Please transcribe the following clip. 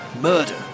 Murder